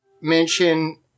mention